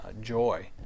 joy